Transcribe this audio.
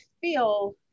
feel